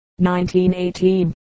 1918